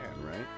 right